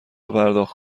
پرداخت